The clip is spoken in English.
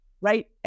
right